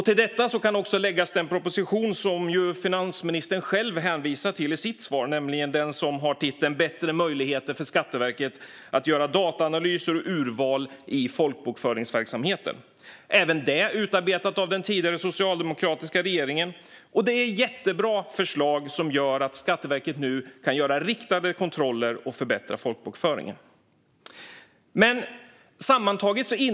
Till detta kan läggas den proposition som finansministern själv hänvisade till i sitt svar - Bättre möjligheter för Skatteverket att göra dataanalyser och urval i folkbokföringsverksamheten . Även detta var utarbetat av den tidigare socialdemokratiska regeringen. Det är jättebra förslag som gör att Skatteverket nu kan göra riktade kontroller och förbättra folkbokföringen.